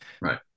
Right